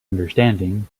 understanding